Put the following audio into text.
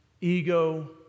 Ego